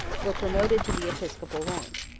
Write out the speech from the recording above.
were promoted to the episcopal rank.